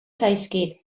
zaizkit